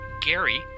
Gary